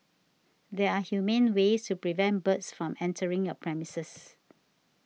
there are humane ways to prevent birds from entering your premises